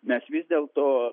mes vis dėl to